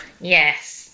Yes